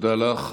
תודה לך.